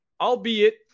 albeit